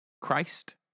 Christ